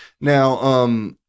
Now